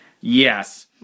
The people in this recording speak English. Yes